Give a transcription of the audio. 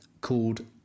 called